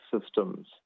systems